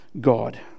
god